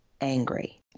angry